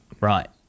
Right